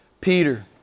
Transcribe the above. Peter